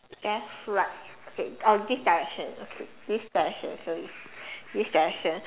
left right okay uh this direction okay this direction so it's this direction